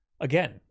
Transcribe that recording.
Again